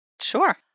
Sure